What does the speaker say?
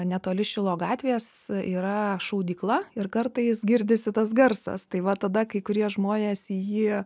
netoli šilo gatvės yra šaudykla ir kartais girdisi tas garsas tai va tada kai kurie žmonės į jį